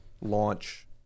launch